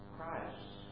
Christ